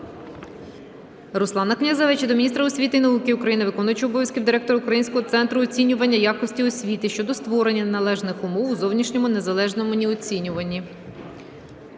Руслана Князевича до міністра освіти і науки України, виконувача обов'язків директора Українського центру оцінювання якості освіти щодо створення належних умов у зовнішньому незалежному оцінюванні.